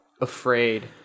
afraid